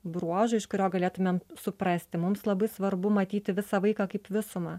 bruožo iš kurio galėtumėm suprasti mums labai svarbu matyti visą vaiką kaip visumą